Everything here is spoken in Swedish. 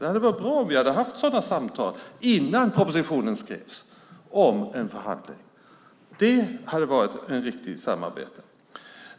Det hade varit bra om vi hade haft sådana samtal om en förhandling innan propositionen skrevs. Det hade varit ett riktigt samarbete.